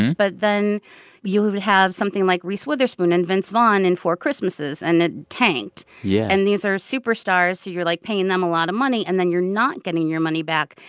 but then you'll have something like reese witherspoon and vince vaughn in four christmases. and it tanked yeah and these are superstars who you're, like, paying them a lot of money. and then you're not getting your money back.